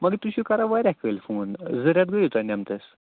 مگر تُہۍ چھُو کران واریاہ کٲلۍ فون زٕ رٮ۪تھ گٔیِو تۄہہِ نِمتِس